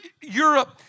Europe